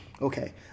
okay